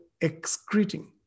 excreting